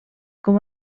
com